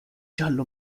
giallo